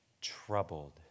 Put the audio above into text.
troubled